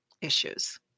issues